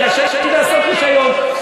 היא רשאית לעשות רישיון,